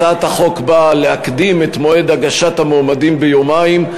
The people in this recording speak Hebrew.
הצעת החוק באה להקדים את מועד הגשת המועמדים ביומיים,